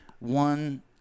One